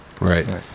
Right